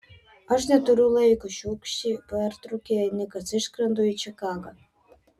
aš neturiu laiko šiurkščiai pertraukė ją nikas išskrendu į čikagą